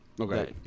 okay